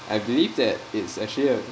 I believe that it's actually a